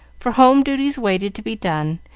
for home duties waited to be done,